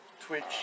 Twitch